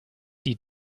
die